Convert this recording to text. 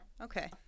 Okay